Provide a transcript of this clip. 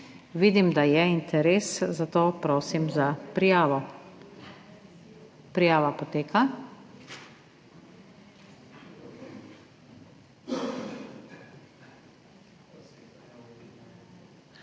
Vidim, da je interes, zato prosim za prijavo. Prijava poteka.